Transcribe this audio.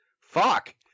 Fuck